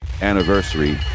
anniversary